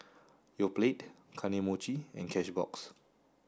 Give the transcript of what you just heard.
Yoplait Kane Mochi and Cashbox